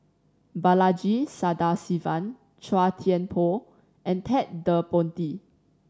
Balaji Sadasivan Chua Thian Poh and Ted De Ponti